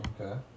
Okay